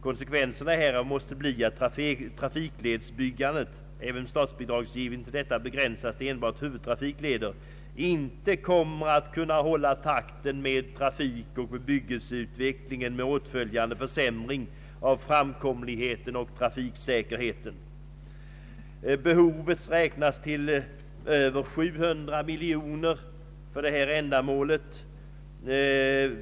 Konsekvenserna härav måste bli att trafikledsbyggandet och även statsbidragsgivningen till detta begränsas till enbart huvudtrafikleder och inte kommer att kunna hålla takten med trafikoch <bebyggelseutvecklingen, med åtföljande försämring av framkomlighet och trafiksäkerhet. Behovet för detta ändamål beräknas till över 700 miljoner kronor.